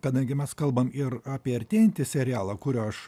kadangi mes kalbam ir apie artėjantį serialą kurio aš